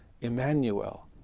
Emmanuel